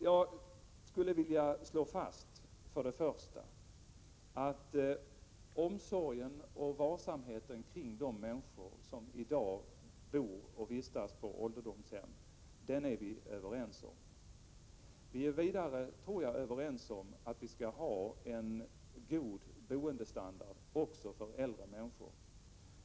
Jag skulle först och främst vilja slå fast att vi är överens när det gäller omsorgen och varsamheten om de människor som i dag bor och vistas på Vi är vidare, tror jag, överens om att också äldre människor skall ha en god boendestandard.